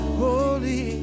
holy